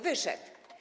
Wyszedł.